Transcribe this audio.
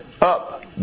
up